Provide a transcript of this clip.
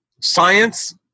science